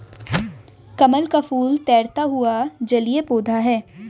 कमल का फूल तैरता हुआ जलीय पौधा है